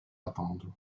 attendre